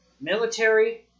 military